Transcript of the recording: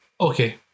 okay